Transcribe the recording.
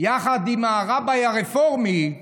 יחד עם הרביי הרפורמי,